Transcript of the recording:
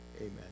amen